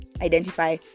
identify